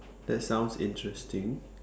that sounds interesting